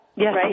Yes